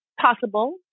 possible